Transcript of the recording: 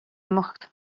imeacht